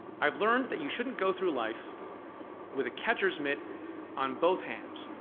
i've learned that you shouldn't go through life with a catcher's mitt on both hands.